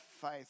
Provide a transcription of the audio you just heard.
faith